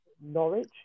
Norwich